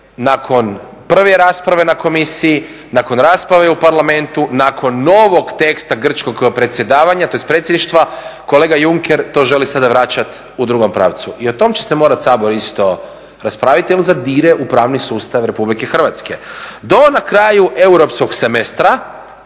nakon prve rasprave na Komisiji, nakon rasprave u Parlamentu, nakon novog teksta grčkog predsjedavanja, tj. predsjedništva kolega Juncker to želi sada vraćati u drugom pravcu. I o tom će se morati Sabor isto raspraviti jer zadire u pravni sustav Republike Hrvatske. Do na kraju europskog semestra